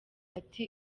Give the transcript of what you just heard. ati